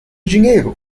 dinheiro